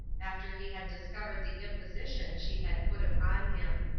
after he had discovered the imposition she had put upon him.